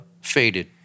Faded